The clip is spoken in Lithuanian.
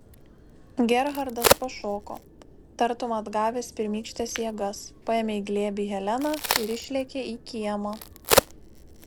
gerhardas pašoko tartum atgavęs pirmykštes jėgas paėmė į glėbį heleną ir išlėkė į kiemą